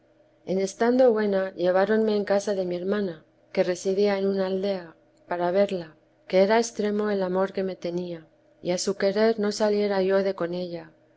en estando buena lleváronme en casa de mi hermana que residía en una aldea para verla que era ex o viiia di la sama madre tremo el amor que me tenía y a su querer no saliera yo de con ella